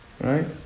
right